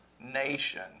nation